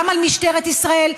גם על משטרת ישראל,